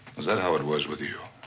is that how it was with you?